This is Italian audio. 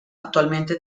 attualmente